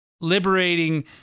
liberating